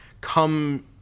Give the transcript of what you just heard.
come